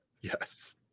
Yes